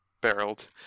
Barreled